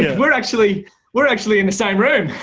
yeah we're actually we're actually in the same room